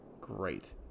Great